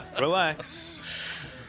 Relax